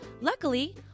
Luckily